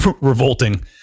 revolting